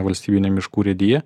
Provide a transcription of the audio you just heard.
valstybinę miškų urėdiją